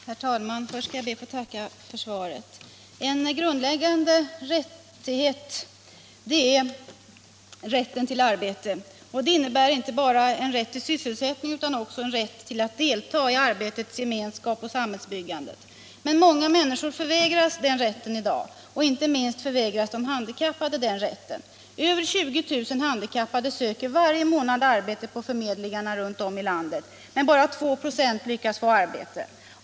Herr talman! Först ber jag att få tacka för svaret. En grundläggande rättighet är rätten till arbete. Det innebär inte bara en rätt till sysselsättning utan också en rätt att delta i arbetets gemenskap och samhällsbyggandet. Men många människor förvägras den rätten i dag. Inte minst förvägras de handikappade den rätten. Över 20 000 handikappade söker varje månad arbete på förmedlingarna runt om i landet. Men bara 2 26 lyckas få arbete.